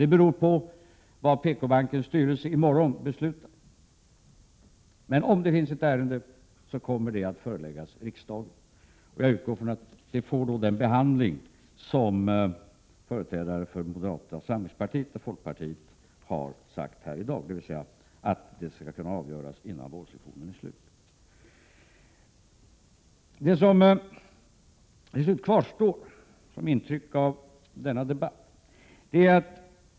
Det beror ju på vad PKbankens styrelse i morgon beslutar. Men om det finns ett ärende, kommer det att föreläggas riksdagen. Jag utgår från att det då får den behandling som företrädare för moderata samlingspartiet och folkpartiet har förespråkat här i dag, dvs. att ärendet skall kunna avgöras innan vårsessionen är slut. Det som kvarstår och som utgör det bestående intrycket av denna debatt är följande.